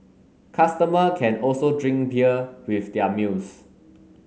customer can also drink beer with their meals